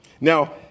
Now